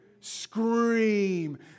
scream